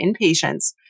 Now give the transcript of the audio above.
inpatients